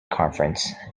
conference